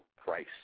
price